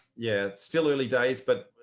yeah still early days but